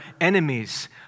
enemies